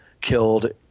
killed